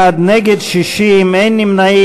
41 בעד, 60 נגד, אין נמנעים.